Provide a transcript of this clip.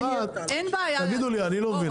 אני לא מבין,